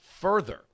further